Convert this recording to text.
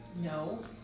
No